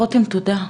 רותם תודה,